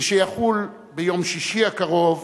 יחול ביום שישי הקרוב,